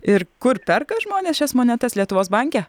ir kur perka žmonės šias monetas lietuvos banke